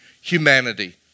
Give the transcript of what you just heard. humanity